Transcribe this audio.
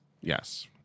Yes